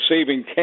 saving